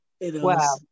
Wow